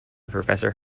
professor